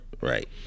right